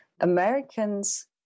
Americans